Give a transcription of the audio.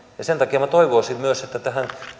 sen takia minä toivoisin myös että tähän